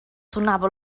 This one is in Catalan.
sonava